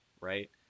right